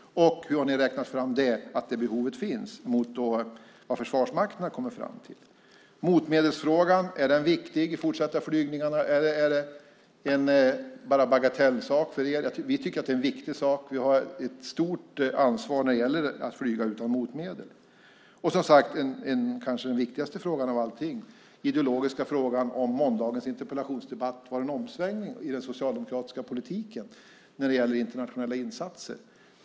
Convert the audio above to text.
Hur har ni räknat fram att det behovet finns, mot det som Försvarsmakten har kommit fram till? Är motmedelsfrågan viktig i de fortsatta flygningarna? Är det bara en bagatell för er? Vi tycker att det är en viktig sak. Vi har ett stort ansvar när det gäller att flyga utan motmedel. Den kanske viktigaste frågan av alla är den ideologiska frågan, om det som sades i måndagens interpellationsdebatt var en omsvängning i den socialdemokratiska politiken när det gäller internationella insatser.